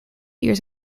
years